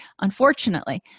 unfortunately